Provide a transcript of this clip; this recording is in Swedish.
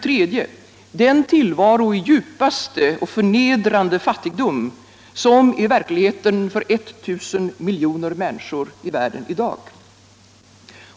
3. den tillvaro i djupaste och mest förnedrande fattigdom som är verkligheten för 1000 miljoner människor i världen i dag.